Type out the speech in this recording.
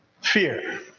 Fear